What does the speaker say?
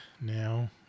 now